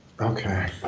Okay